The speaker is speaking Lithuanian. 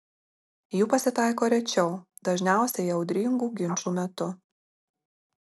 jų pasitaiko rečiau dažniausiai audringų ginčų metu